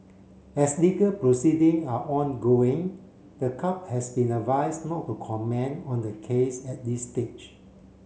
as legal proceeding are ongoing the club has been advised not to comment on the case at this stage